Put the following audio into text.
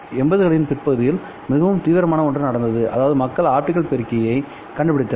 80 களின் பிற்பகுதியில் மிகவும் தீவிரமான ஒன்று நடந்ததுஅதாவது மக்கள் ஆப்டிகல் பெருக்கியைக் கண்டுபிடித்தனர்